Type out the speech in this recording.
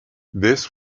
this